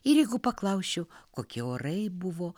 ir jeigu paklausčiau kokie orai buvo